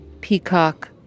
Peacock